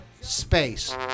space